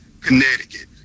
Connecticut